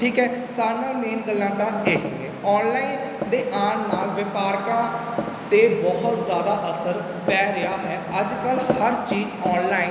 ਠੀਕ ਹੈ ਸਾਰੀਆਂ ਮੇਨ ਗੱਲਾਂ ਤਾਂ ਇਹ ਹੀ ਨੇ ਔਨਲਾਈਨ ਦੇ ਆਉਣ ਨਾਲ ਵਪਾਰਕਾਂ ਦੇ ਬਹੁਤ ਜ਼ਿਆਦਾ ਅਸਰ ਪੈ ਰਿਹਾ ਹੈ ਅੱਜ ਕੱਲ੍ਹ ਹਰ ਚੀਜ਼ ਔਨਲਾਈਨ